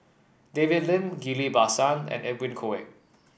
David Lim Ghillie Basan and Edwin Koek